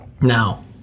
Now